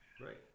Right